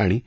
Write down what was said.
आणि